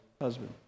husband